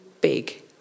big